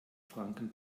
franken